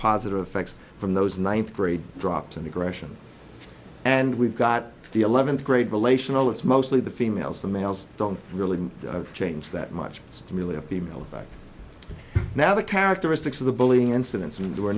positive effects from those ninth grade drops and aggression and we've got the eleventh grade relational it's mostly the females than males don't really change that much it's really a people effect now the characteristics of the bullying incidents and